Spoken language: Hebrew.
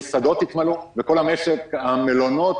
המסעדות יתמלאו וכל המשק המלונות,